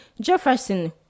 Jefferson